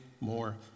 more